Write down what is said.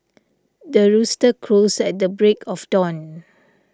the rooster crows at the break of dawn